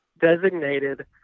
designated